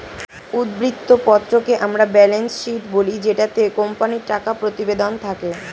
উদ্ধৃত্ত পত্রকে আমরা ব্যালেন্স শীট বলি জেটাতে কোম্পানির টাকা প্রতিবেদন থাকে